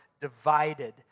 divided